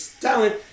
talent